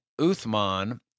Uthman